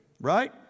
Right